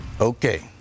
Okay